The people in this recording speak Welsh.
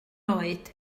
oed